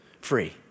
free